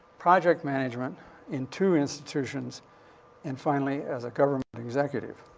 project management in two institutions and, finally, as a government executive.